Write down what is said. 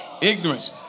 Ignorance